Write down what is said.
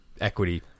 equity